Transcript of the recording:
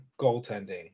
goaltending